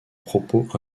propos